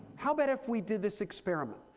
how about if we did this experiment?